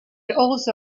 also